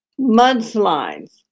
mudslides